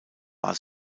war